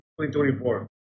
2024